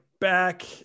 back